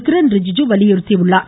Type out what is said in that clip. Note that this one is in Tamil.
கிரண் ரிஜிஜு வலியுறுத்தியுள்ளார்